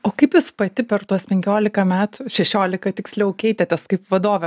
o kaip jūs pati per tuos penkiolika metų šešiolika tiksliau keitėtės kaip vadovė